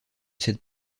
cette